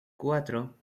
cuatro